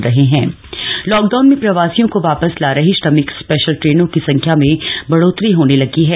प्रवासी लौटे लॉकडाउन में प्रवासियों को वापस ला रही श्रमिक स्पेशल ट्रेनों की संख्या में बढ़ोतरी होने लगी है